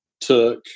took